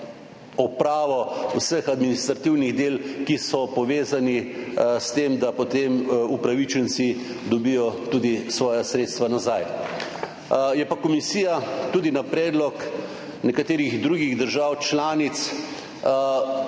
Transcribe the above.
izvedbo vseh administrativnih del, ki so povezana s tem, da potem upravičenci dobijo tudi svoja sredstva nazaj. Je pa komisija tudi na predlog nekaterih drugih držav članic